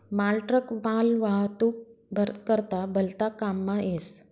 मालट्रक मालवाहतूक करता भलता काममा येस